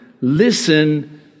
listen